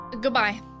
Goodbye